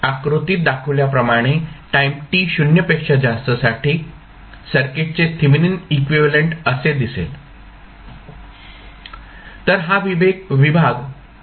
आकृतीत दाखविल्याप्रमाणे time t 0 पेक्षा जास्तसाठी सर्किटचे थेवेनिन इक्विव्हॅलेंट असे दिसेल